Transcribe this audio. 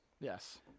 Yes